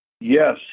yes